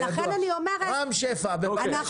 ובטח פי כמה מאשר בתורכיה ברור שאני אפסיד.